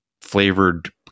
flavored